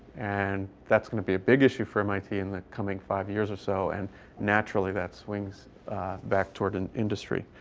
and that's gonna be a big issue for mit in the coming five years or so. and naturally that swings back toward and industry.